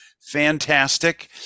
fantastic